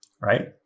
right